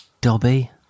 Dobby